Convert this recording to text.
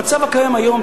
במצב הקיים היום,